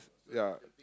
ya